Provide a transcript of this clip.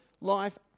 life